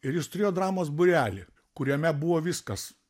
ir jis turėjo dramos būrelį kuriame buvo viskas